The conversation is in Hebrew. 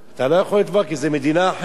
אתה לא יכול לתבוע כי זו מדינה אחרת.